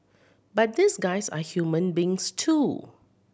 but these guys are human beings too